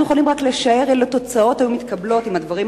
אנחנו יכולים רק לשער אילו תוצאות היו מתקבלות אם הדברים